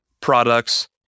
products